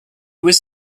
was